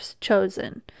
chosen